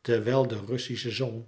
terwijl de russische zong